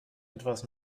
etwas